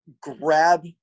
grab